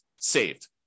saved